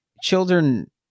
Children